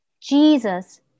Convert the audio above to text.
Jesus